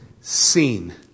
seen